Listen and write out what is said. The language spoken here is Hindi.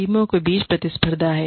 टीमों के बीच प्रतिस्पर्धा है